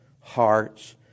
hearts